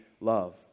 love